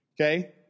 Okay